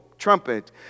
trumpet